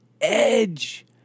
edge